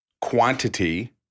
quantity